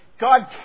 God